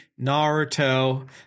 Naruto